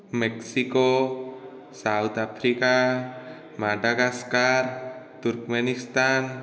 Mexico South Africa madagascar Turkmenistan